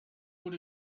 but